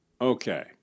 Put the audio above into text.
Okay